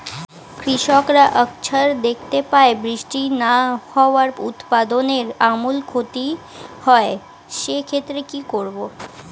কৃষকরা আকছার দেখতে পায় বৃষ্টি না হওয়ায় উৎপাদনের আমূল ক্ষতি হয়, সে ক্ষেত্রে কি করব?